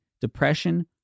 depression